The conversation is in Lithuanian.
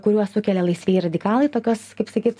kuriuos sukelia laisvieji radikalai tokios kaip sakyt